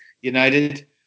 United